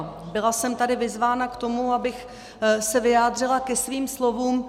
Byla jsem tady vyzvána k tomu, abych se vyjádřila ke svým slovům.